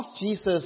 Jesus